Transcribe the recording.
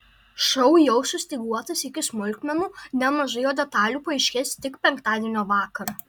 šou jau sustyguotas iki smulkmenų nemažai jo detalių paaiškės tik penktadienio vakarą